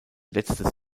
letztes